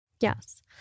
Yes